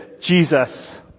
Jesus